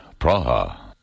Praha